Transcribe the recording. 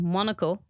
Monaco